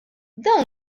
dawn